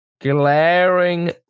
glaring